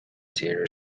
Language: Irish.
tíre